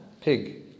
pig